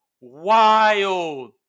wild